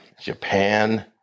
Japan